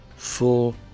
full